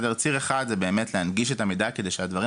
ציר אחד זה באמת להנגיש את המידע כדי שהדברים